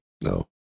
no